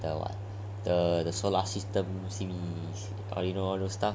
the what the the solar system simi err you know all those stuff